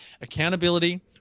accountability